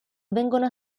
vengono